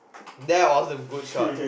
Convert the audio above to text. that was a good shot